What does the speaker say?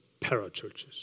parachurches